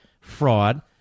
fraud